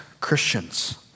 Christians